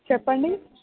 చెప్పండి